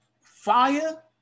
fire